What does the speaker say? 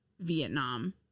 Vietnam